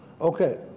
okay